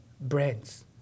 brands